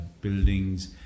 buildings